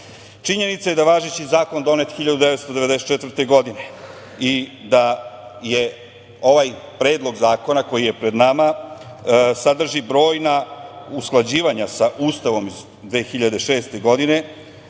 dana. Činjenica je da je važeći zakon donet 1994. godine i da ovaj Predlog zakona koji je pred nama sadrži brojna usklađivanja sa Ustavom iz 2006. godine,